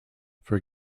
for